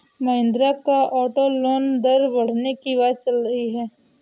महिंद्रा का auto loan दर बढ़ने की बात चल रही है